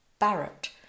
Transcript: Barrett